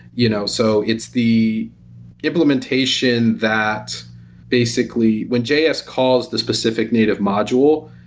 you know so it's the implementation that basically when js calls this specific native module,